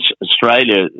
Australia